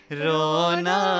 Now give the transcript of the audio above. rona